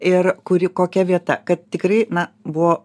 ir kuri kokia vieta kad tikrai na buvo